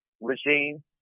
regime